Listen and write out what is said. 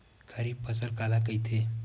खरीफ फसल काला कहिथे?